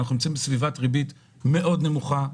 אנחנו נמצאים בסביבת ריבית מאוד נמוכה,